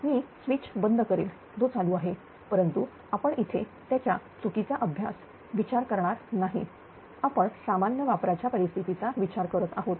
मी switch बंद करेल जो चालू आहे परंतु आपण इथे त्याच्या चुकीचा अभ्यास विचार करणार नाहीआपण सामान्य वापराच्या परिस्थितीचा विचार करत आहोत